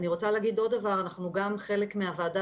אני רוצה לומר שגם אנחנו חלק מהוועדה